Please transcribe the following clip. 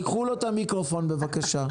קחו לו את המיקרופון, בבקשה.